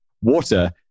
water